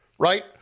right